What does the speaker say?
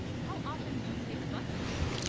how often do you take, buses